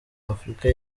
afurika